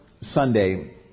Sunday